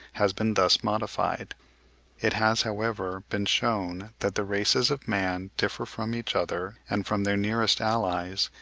has been thus modified it has, however, been shewn that the races of man differ from each other and from their nearest allies,